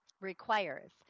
requires